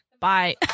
Bye